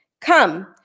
come